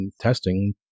testing